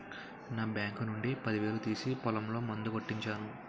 నా బాంకు నుండి పదివేలు తీసి పొలంలో మందు కొట్టించాను